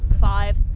five